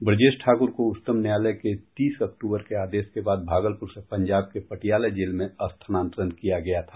ब्रजेश ठाकुर को उच्चतम न्यायालय के तीस अक्टूबर के आदेश के बाद भागलपुर से पंजाब के पटियाला जेल में स्थानांतरण किया गया था